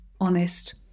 honest